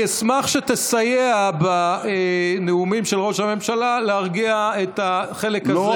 אבל אני אשמח שתסייע בנאומים של ראש הממשלה להרגיע את החלק הזה,